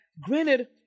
granted